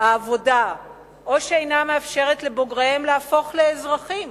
העבודה או שאינם מאפשרים לבוגריהם להפוך לאזרחים